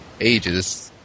Ages